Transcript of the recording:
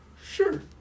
sure